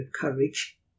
courage